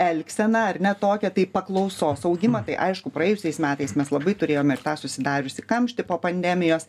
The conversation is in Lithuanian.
elgseną ar ne tokią tai paklausos augimą tai aišku praėjusiais metais mes labai turėjome ir tą susidariusį kamštį po pandemijos